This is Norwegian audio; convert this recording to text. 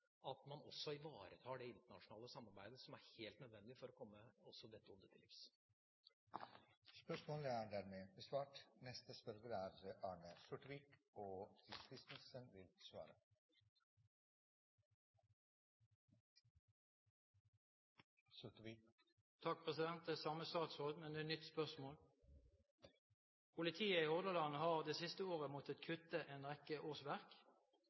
at man også ivaretar det internasjonale samarbeidet som er helt nødvendig for å komme dette ondet til livs. Det er til den samme statsråden, men det er et nytt spørsmål: «Politiet i Hordaland har det siste året måtte kutte en rekke årsverk.